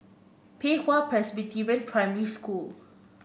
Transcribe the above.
Pei Hwa Presbyterian Primary School